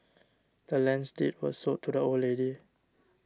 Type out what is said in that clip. the land's deed was sold to the old lady